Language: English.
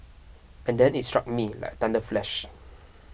and then it struck me like a thunder flash